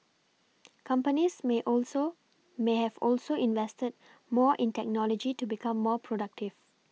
companies may also may have also invested more in technology to become more productive